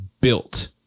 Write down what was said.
built